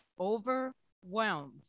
overwhelmed